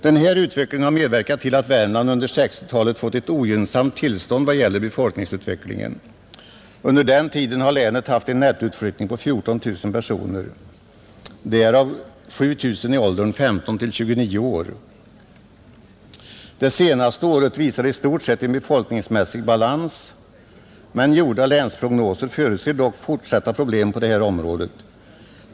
Den här utvecklingen har medverkat till att Värmland under 1960 talet fått en ogynnsam situation i vad gäller befolkningsutvecklingen. Under denna period har länet haft en nettoutflyttning på 14 000 personer, varav 7 000 i åldern 15—29 år. Det senaste året visar i stort sett en befolkningsmässig balans, men gjorda länsprognoser förutser dock fortsatta problem på det här området.